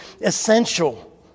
essential